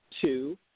two